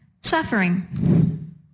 Suffering